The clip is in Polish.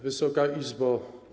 Wysoka Izbo!